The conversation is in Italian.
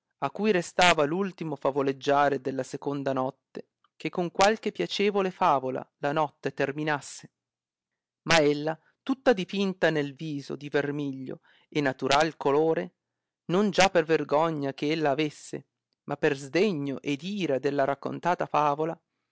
a cui restava l'ultimo favoleggiare della seconda notte che con qualche piacevole favola la notte terminasse ma ella tutta dipinta nel viso di vermiglio e naturai colore non già per vergogna che ella avesse ma per sdegno ed ira della raccontata favola